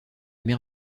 mer